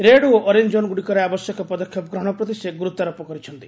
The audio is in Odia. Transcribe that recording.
ରେଡ୍ ଓ ଅରେଞ୍ଜ ଜୋନ୍ଗୁଡ଼ିକରେ ଆବଶ୍ୟକ ପଦକ୍ଷେପ ଗ୍ରହଣ ପ୍ରତି ସେ ଗୁରୁତ୍ୱାରୋପ କରିଛନ୍ତି